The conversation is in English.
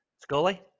Scully